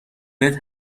بهت